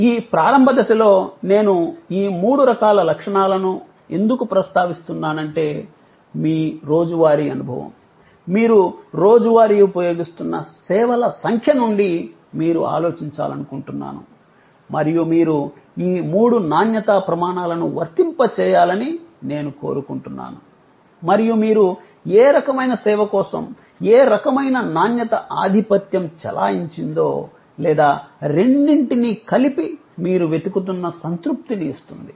ఈ ప్రారంభ దశలో నేను ఈ మూడు రకాల లక్షణాలను ఎందుకు ప్రస్తావిస్తున్నానంటే మీ రోజువారీ అనుభవం మీరు రోజువారీ ఉపయోగిస్తున్న సేవల సంఖ్య నుండి మీరు ఆలోచించాలనుకుంటున్నాను మరియు మీరు ఈ మూడు నాణ్యతా ప్రమాణాలను వర్తింపజేయాలని నేను కోరుకుంటున్నాను మరియు మీరు ఏ రకమైన సేవ కోసం ఏ రకమైన నాణ్యత ఆధిపత్యం చెలాయించిందో లేదా రెండింటినీ కలిపి మీరు వెతుకుతున్న సంతృప్తిని ఇస్తుంది